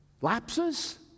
Lapses